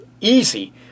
easy